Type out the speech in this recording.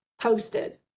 Posted